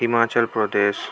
Himachal Pradesh